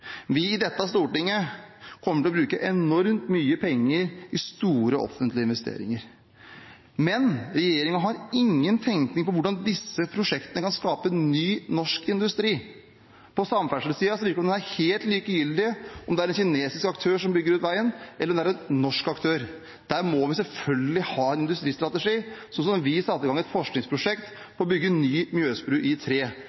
Vi i dette stortinget kommer til å bruke enormt mye penger i store offentlige investeringer. Men regjeringen har ingen tenkning rundt hvordan disse prosjektene kan skape ny norsk industri. På samferdselssiden virker det som det er helt likegyldig om det er en kinesisk aktør som bygger ut veien, eller om det er en norsk aktør. Der må vi selvfølgelig ha en industristrategi, som da vi satte i gang et forskningsprosjekt for å bygge den nye Mjøsbrua i tre.